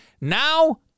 Now